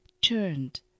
turned